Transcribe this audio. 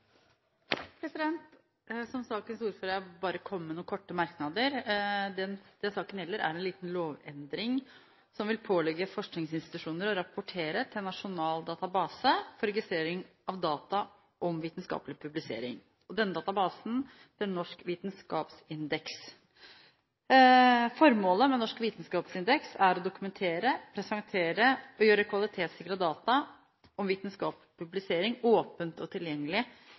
måte. Som sakens ordfører vil jeg bare komme med noen korte merknader. Det saken gjelder, er en liten lovendring som vil pålegge forskningsinstitusjoner å rapportere til en nasjonal database for registrering av data om vitenskapelig publisering. Denne databasen er Norsk vitenskapsindeks. Formålet med Norsk vitenskapsindeks er å dokumentere, presentere og gjøre kvalitetssikrede data om vitenskapelig publisering åpent